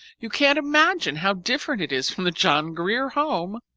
you can't imagine how different it is from the john grier home.